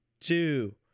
two